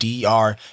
DR